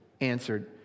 answered